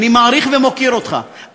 אני מעריך ומוקיר אותך,